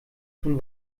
schon